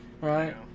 Right